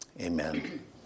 Amen